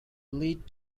lead